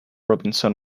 robinson